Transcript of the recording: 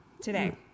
today